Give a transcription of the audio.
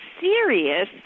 serious